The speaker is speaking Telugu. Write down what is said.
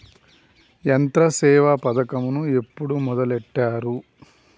యంత్రసేవ పథకమును ఎప్పుడు మొదలెట్టారు?